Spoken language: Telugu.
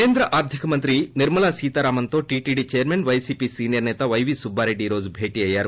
కేంద్ర ఆర్దిక మంత్రి నిర్మలాసీతారామన్ తో టీటీడీ చైర్మన్ వైసీపీ సీనియర్ నేత వైవీ సుబ్బారెడ్డి ఈరోజు భేటీ అయ్యారు